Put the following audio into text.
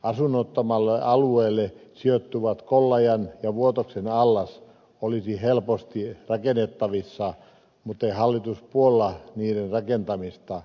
asunnottomalle alueelle sijoittuvat kollajan ja vuotoksen altaat olisivat helposti rakennettavissa mutta hallitus ei puolla niiden rakentamista